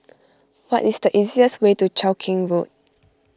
what is the easiest way to Cheow Keng Road